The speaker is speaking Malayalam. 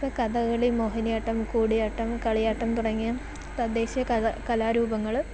കഥകളി മോഹിനിയാട്ടം കൂടിയാട്ടം കളിയാട്ടം തുടങ്ങിയ തദ്ദേശീയ കല കലാരൂപങ്ങൾ